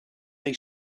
they